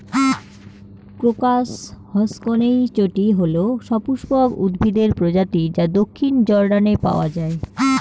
crocus হসকনেইচটি হল সপুষ্পক উদ্ভিদের প্রজাতি যা দক্ষিণ জর্ডানে পাওয়া য়ায়